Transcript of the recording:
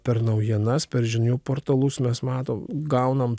per naujienas per žinių portalus mes matom gaunam